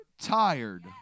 tired